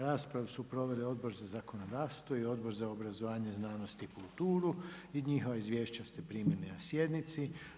Raspravu su proveli Odbor za zakonodavstvo i Odbor za obrazovanje, znanost i kulturu i njihova izvješća ste primili na sjednici.